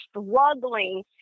struggling